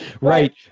Right